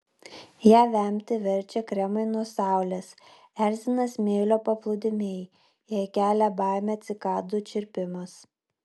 ją vemti verčia kremai nuo saulės erzina smėlio paplūdimiai jai kelia baimę cikadų čirpimas